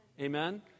Amen